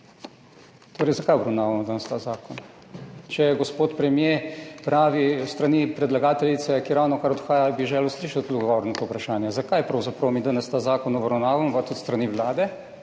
torej obravnavamo danes ta zakon, če gospod premier to pravi? S strani predlagateljice, ki ravnokar odhaja, bi želel slišati odgovor na to vprašanje. Zakaj pravzaprav mi danes ta zakon obravnavamo, pa tudi s strani Vlade,